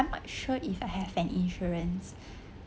I'm not sure if I have an insurance